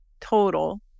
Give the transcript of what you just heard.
total